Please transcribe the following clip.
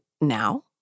now